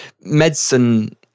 medicine